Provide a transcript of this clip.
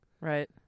Right